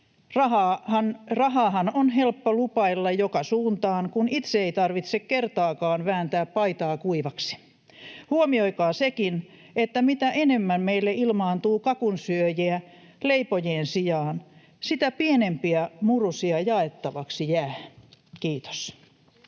Rahaahan on helppo lupailla joka suuntaan, kun itse ei tarvitse kertaakaan vääntää paitaa kuivaksi. Huomioikaa sekin, että mitä enemmän meille ilmaantuu kakunsyöjiä leipojien sijaan, sitä pienempiä murusia jaettavaksi jää. — Kiitos.